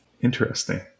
Interesting